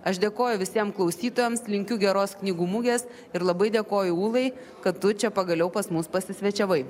aš dėkoju visiem klausytojams linkiu geros knygų mugės ir labai dėkoju ūlai kad tu čia pagaliau pas mus pasisvečiavai